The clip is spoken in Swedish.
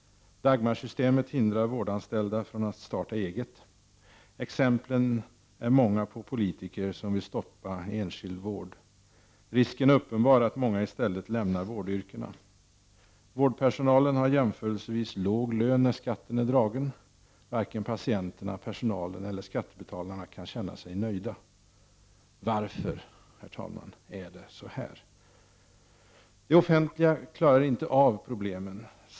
Dagmarsystemet hindrar vårdanställda från att starta eget. Exemplen är många på politiker som vill stoppa enskild vård. Risken är uppenbar att många i stället lämnar vårdyrkena. Vårdpersonalen har jämförelsevis låg lön när skatten är dragen. Varken patienterna, personalen eller skattebetalarna kan känna sig nöjda. Varför, herr talman, är det så här? Det offentliga klarar inte av problemen.